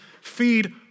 feed